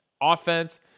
offense